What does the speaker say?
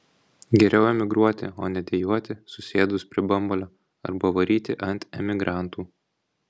geriau emigruoti o ne dejuoti susėdus prie bambalio arba varyti ant emigrantų